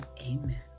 Amen